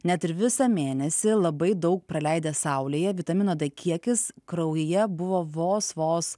net ir visą mėnesį labai daug praleidęs saulėje vitamino d kiekis kraujyje buvo vos vos